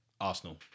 Arsenal